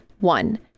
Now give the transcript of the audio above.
One